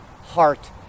heart